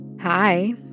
Hi